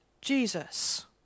Jesus